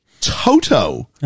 Toto